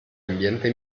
ambiente